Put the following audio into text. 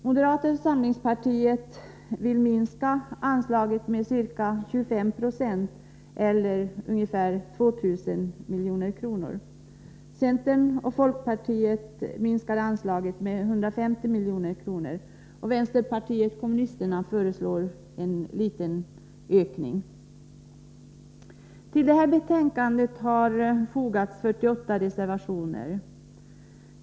Moderata samlingspartiet vill minska anslaget med ca 25 90 eller ungefär 2 000 milj.kr. Centern och folkpartiet minskar anslaget med 150 milj.kr., och vänsterpartiet kommunisterna föreslår en liten ökning. Till betänkandet har fogats 48 reservationer.